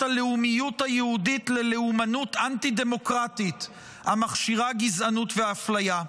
הלאומיות היהודית ללאומנות אנטי-דמוקרטית המכשירה גזענות ואפליה.